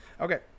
Okay